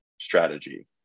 strategy